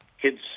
Kids